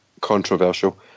controversial